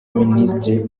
minister